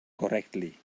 correctly